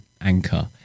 anchor